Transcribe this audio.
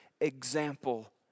example